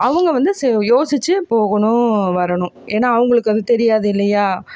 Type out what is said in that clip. அவங்க வந்து யோசித்து போகணும் வரணும் ஏன்னா அவங்களுக்கு அது தெரியாதில்லையா